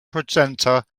presenter